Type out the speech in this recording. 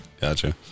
gotcha